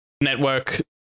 network